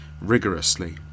rigorously